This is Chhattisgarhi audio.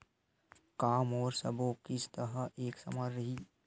का मोर सबो किस्त ह एक समान रहि?